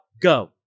go